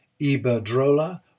Iberdrola